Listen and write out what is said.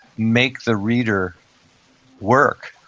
make the reader work.